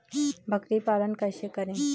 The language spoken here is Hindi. बकरी पालन कैसे करें?